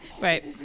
right